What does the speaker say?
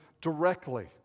directly